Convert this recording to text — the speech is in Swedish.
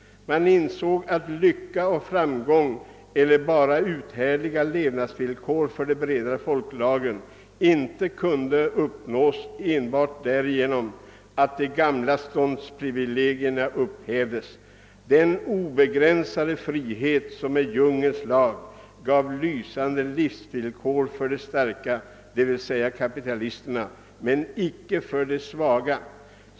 Man insåg att lycka och framgång eller bara uthärdliga levnadsvillkor för de breda folklagren icke kunde uppnås enbart därigenom, att de gamla ståndsprivilegierna upphävdes. Den obegränsade frihet, som är djungelns lag, gav lysande livsvillkor för de starka, d.v.s. kapitalisterna, men icke för de svaga.